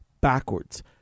backwards